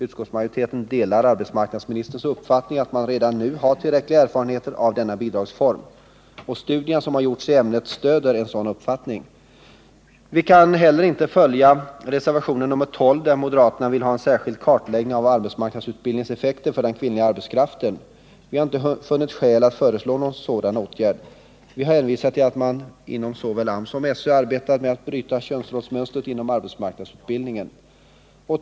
Utskottsmajoriteten delar arbetsmarknadsministerns uppfattning att man redan nu har tillräckliga erfarenheter av denna bidragsform. Studier som har gjorts i ämnet stöder en sådan uppfattning. Vi kan heller inte följa förslaget i reservationen 12, där moderaterna vill ha en särskild kartläggning av arbetsmarknadsutbildningens effekter för den kvinnliga arbetskraften. Vi har inte funnit skäl att föreslå någon sådan åtgärd, och vi har hänvisat till att man inom såväl AMS som SÖ arbetar med att bryta könsrollsmönstret inom arbetsmarknadsutbildningen.